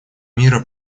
мира